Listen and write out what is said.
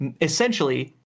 essentially